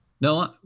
No